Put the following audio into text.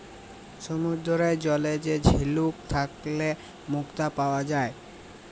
সমুদ্দুরের জলে যে ঝিলুক থ্যাইকে মুক্তা পাউয়া যায়